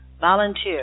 Volunteer